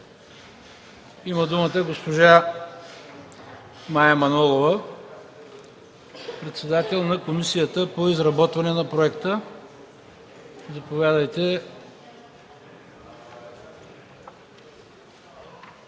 Има думата госпожа Мая Манолова, председател на Комисията по изработване на проекта. Заповядайте,